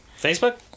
Facebook